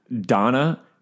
Donna